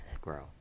grow